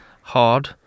hard